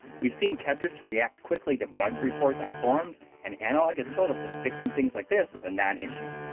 we've seen kevtris react quickly to bug reports on forums, and analogue has told us that fixing things like this is a non-issue.